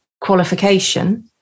qualification